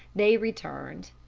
they returned.